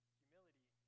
humility